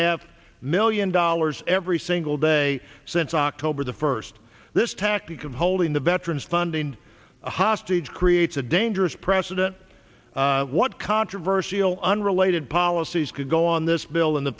half million dollars every single day since october the first this tactic of holding the veterans funding hostage creates a dangerous precedent what controversial unrelated policies could go on this bill in the